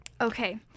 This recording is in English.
Okay